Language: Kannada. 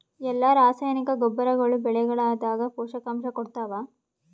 ಎಲ್ಲಾ ರಾಸಾಯನಿಕ ಗೊಬ್ಬರಗೊಳ್ಳು ಬೆಳೆಗಳದಾಗ ಪೋಷಕಾಂಶ ಕೊಡತಾವ?